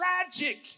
tragic